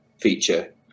feature